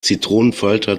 zitronenfalter